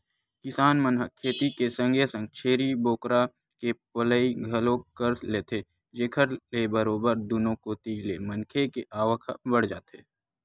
किसान मन ह खेती के संगे संग छेरी बोकरा के पलई घलोक कर लेथे जेखर ले बरोबर दुनो कोती ले मनखे के आवक ह बड़ जाथे